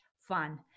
fun